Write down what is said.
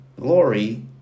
glory